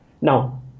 Now